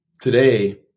Today